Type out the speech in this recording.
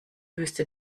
wüste